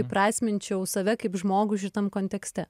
įprasminčiau save kaip žmogų šitam kontekste